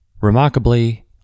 Remarkably